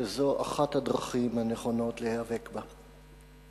וזו אחת הדרכים הנכונות להיאבק בה.